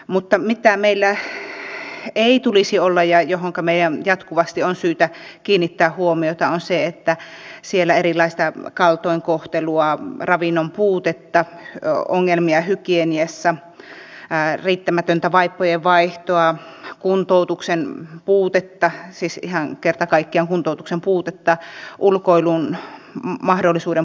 mutta se mitä meillä ei tulisi olla ja mihinkä meidän jatkuvasti on syytä kiinnittää huomiota on se että siellä on erilaista kaltoinkohtelua ravinnonpuutetta ongelmia hygieniassa riittämätöntä vaippojenvaihtoa kuntoutuksen puutetta siis ihan kerta kaikkiaan kuntoutuksen puutetta ulkoilun mahdollisuuden puutetta